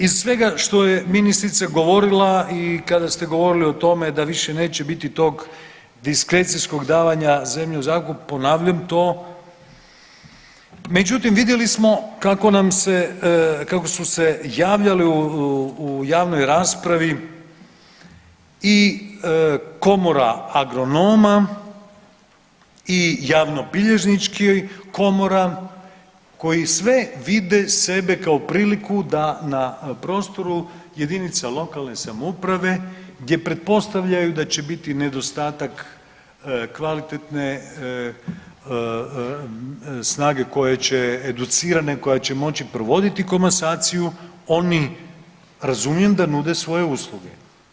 Iz svega što je ministrica govorila i kada ste govorili o tome da više neće biti diskrecijskog davanja zemlje u zakup ponavljam to, međutim vidjeli smo kako nam se, kako su se javljali u javnoj raspravi i komora agronoma i javnobilježnički komora koji sve vide sebe kao priliku da na prostoru jedinica lokalne samouprave gdje pretpostavljaju da će biti nedostatak kvalitetne snage koje će educirane koja će moći provoditi komasaciju oni razumijem da nude svoje usluge.